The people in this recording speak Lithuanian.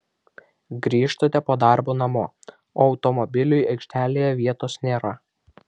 grįžtate po darbo namo o automobiliui aikštelėje vietos nėra